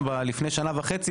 לפני שנה וחצי,